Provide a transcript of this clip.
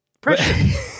pressure